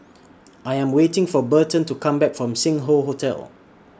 I Am waiting For Berton to Come Back from Sing Hoe Hotel